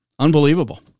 Unbelievable